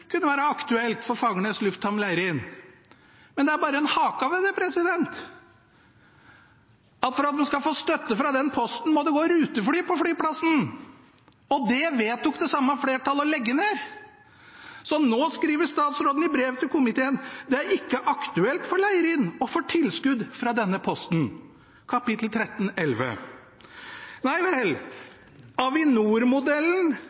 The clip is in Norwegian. kunne være aktuelt for Fagernes lufthamn Leirin. Det er bare én hake ved det: For at en skal få støtte fra den posten, må det gå rutefly på flyplassen, og det vedtok det samme flertallet å legge ned. Så nå skriver statsråden i brev til komiteen at det ikke er aktuelt for Leirin å få tilskudd fra denne posten – kap.1311. Nei vel.